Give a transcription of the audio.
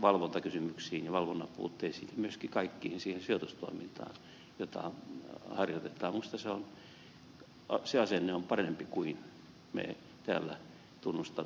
minusta se asenne on parempi kuin että me täällä tunnustamme yhteistä uskoa